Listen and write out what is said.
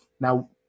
Now